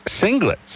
singlets